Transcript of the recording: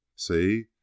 See